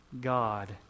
god